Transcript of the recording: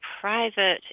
private